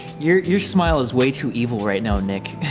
your your smile is way too evil right now nick